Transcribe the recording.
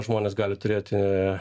žmonės gali turėti